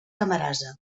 camarasa